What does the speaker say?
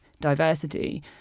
diversity